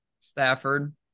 Stafford